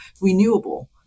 renewable